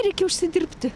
reikia užsidirbti